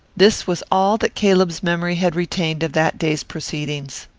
this was all that caleb's memory had retained of that day's proceedings.